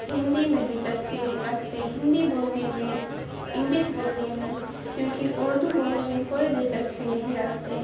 ہندی میں دلچسپی رکھتے ہیں ہندی بولنے میں انگلس بولنے میں کیونکہ اردو بولنے میں کوئی دلچسپی نہیں رکھتے